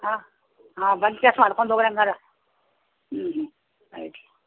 ಹಾಂ ಹಾಂ ಬಂದು ಕೆಲಸ ಮಾಡ್ಕೊಂಡ್ ಹೋಗಿರಿ ಹಂಗಾರೆ ಹ್ಞೂ ಹ್ಞೂ ಆಯ್ತು